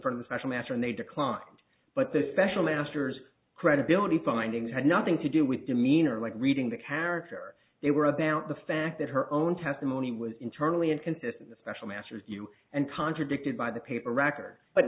front of a special master and they declined but the special master's credibility findings had nothing to do with demeanor like reading the character they were about the fact that her own testimony was internally inconsistent especially after you and contradicted by the paper record but